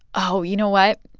oh, you know what?